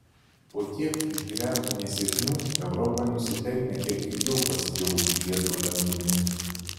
po tiek išgyventų nesėkmių europa nusipelnė kiek ilgiau pasidžiaugti giedru dangumi